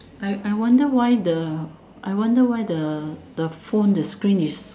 I I wonder why the I wonder why the the phone the screen is